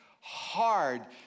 hard